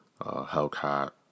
Hellcat